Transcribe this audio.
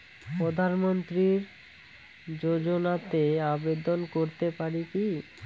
প্রধানমন্ত্রী যোজনাতে আবেদন করতে পারি কি?